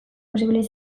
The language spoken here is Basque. posibleak